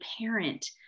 parent